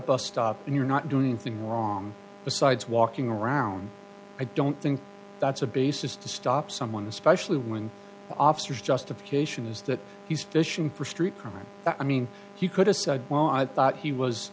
bus stop and you're not doing anything wrong besides walking around i don't think that's a basis to stop someone especially when the officers justification is that he's fishing for street crime i mean he could have said well i thought he was